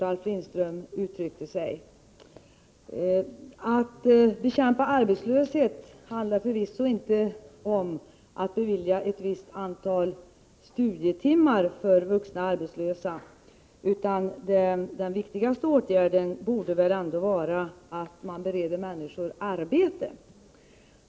Att bekämpa arbetslöshet handlar förvisso inte om att bevilja ett visst antal studietimmar för vuxna arbetslösa, utan den viktigaste åtgärden borde ändå vara att bereda människor arbete.